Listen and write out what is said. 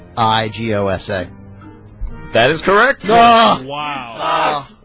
geo asset that is correct ah lyle ah